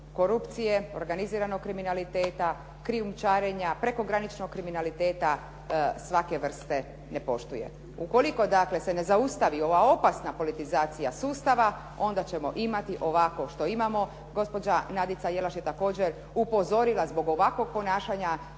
korupcije, organiziranog kriminaliteta, krijumčarenja, prekograničnog kriminaliteta svake vrste ne poštuje. Ukoliko dakle se ne zaustavi ova opasna politizacija sustava onda ćemo imati ovako što imamo. Gospođa Nadica Jelaš je također upozorila zbog ovakvog ponašanja